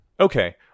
Okay